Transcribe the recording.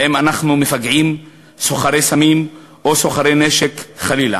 האם אנחנו מפגעים, סוחרי סמים או סוחרי נשק חלילה?